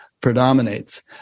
predominates